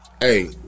Hey